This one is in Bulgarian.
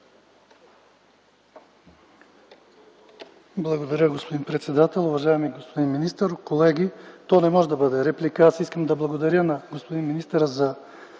Благодаря, господин председател. Уважаеми господин министър, колеги! То не може да бъде реплика, аз искам да благодаря на господин министъра за